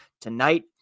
tonight